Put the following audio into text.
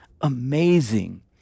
Amazing